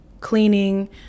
cleaning